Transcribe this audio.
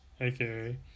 aka